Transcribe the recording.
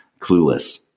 clueless